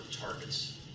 targets